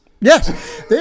Yes